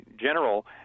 general